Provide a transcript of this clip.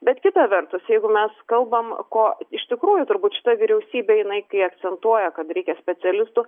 bet kita vertus jeigu mes kalbam ko iš tikrųjų turbūt šita vyriausybė jinai kai akcentuoja kad reikia specialistų